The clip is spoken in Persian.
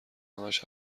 همش